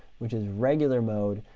which is regular mode,